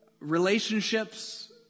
Relationships